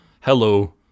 hello